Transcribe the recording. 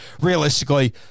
realistically